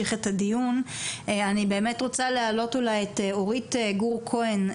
אני רוצה להעלות את אורית גור כהן,